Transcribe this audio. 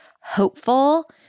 hopeful